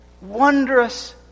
wondrous